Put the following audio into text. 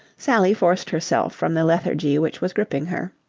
sally forced herself from the lethargy which was gripping her.